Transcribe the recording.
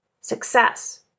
Success